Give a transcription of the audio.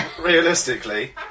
Realistically